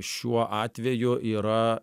šiuo atveju yra